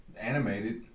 Animated